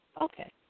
Okay